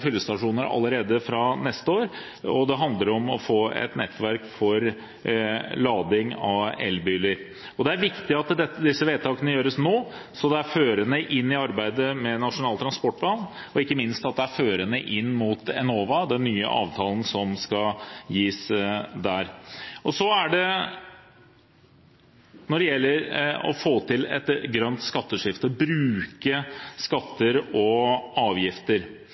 fyllestasjoner allerede fra neste år. Og det handler om å få et nettverk for lading av elbiler. Det er viktig at disse vedtakene gjøres nå, så det er førende inn i arbeidet med Nasjonal transportplan, og ikke minst at det er førende inn mot Enova, den nye avtalen som skal gis der. Så er det, når det gjelder å få til et grønt skatteskifte, å bruke skatter og avgifter,